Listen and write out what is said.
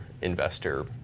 investor